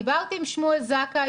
דיברתי עם שמואל זכאי,